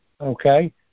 okay